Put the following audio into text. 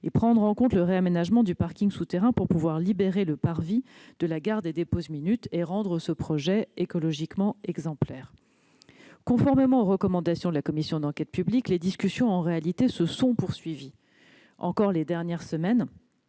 la prise en compte du réaménagement du parking souterrain pour pouvoir libérer le parvis de la gare des dépose-minute, tout cela afin de rendre ce projet écologiquement exemplaire. Conformément aux recommandations de la commission d'enquête publique, les discussions se sont encore poursuivies ces dernières semaines